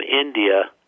India